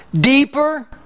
deeper